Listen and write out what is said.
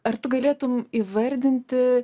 ar tu galėtum įvardinti